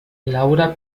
laura